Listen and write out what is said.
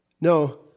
No